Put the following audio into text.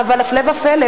אך הפלא ופלא,